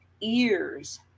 ears